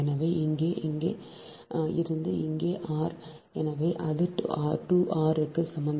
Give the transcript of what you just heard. எனவே இங்கே இங்கே இருந்து இங்கே ஆர் எனவே அது 2 r க்கு சமம்